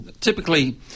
typically